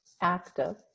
Active